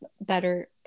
better